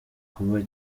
kuba